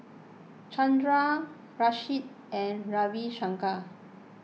Chandra Rajesh and Ravi Shankar